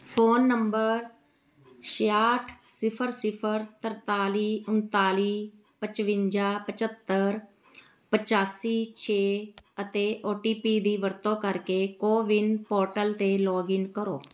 phone number ਛਿਆਹਠ ਸਿਫਰ ਸਿਫਰ ਤਰਤਾਲੀ ਉਨਤਾਲੀ ਪਚਵੰਜਾ ਪਝੱਤਰ ਪਚਾਸੀ ਛੇ ਅਤੇ ਓ ਟੀ ਪੀ ਦੀ ਵਰਤੋਂ ਕਰਕੇ ਕੋਵਿਨ ਪੋਰਟਲ 'ਤੇ ਲੌਗਇਨ ਕਰੋ